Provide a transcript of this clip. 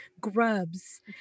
grubs